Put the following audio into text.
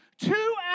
two